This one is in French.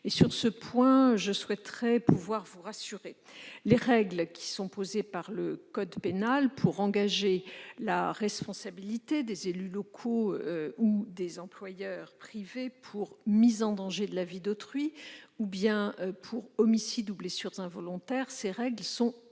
Sur ce point, je souhaite vous rassurer. Les règles posées par le code pénal pour engager la responsabilité des élus locaux ou des employeurs privés pour mise en danger de la vie d'autrui ou pour homicides ou blessures involontaires sont restrictives.